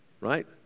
Right